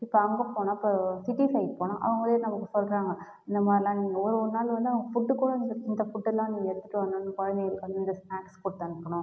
இப்போ அங்கே போனால் இப்போ சிட்டி சைட் போனால் அவங்களே நமக்கு சொல்லுறாங்க இந்த மாரிலாம் நீங்கள் ஒரு ஒரு நாள் வந்து அவங்க ஃபுட்டு கூட நீங்கள் இந்த ஃபுட்டெல்லாம் நீங்கள் எடுத்துகிட்டு வரணும்னு குழந்தைங்களுக்கு வந்து ஸ்நாக்ஸ் கொடுத்து அனுப்பனும்